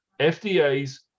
FDA's